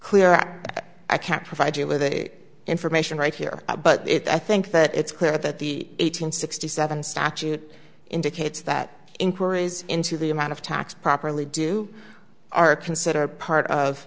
clear i can provide you with a information right here but i think that it's clear that the eight hundred sixty seven statute indicates that inquiries into the amount of tax properly do are considered part of